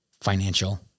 financial